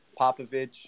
Popovich